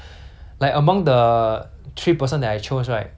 the one that improves a lot is